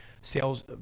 sales